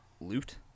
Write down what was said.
loot